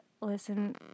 listen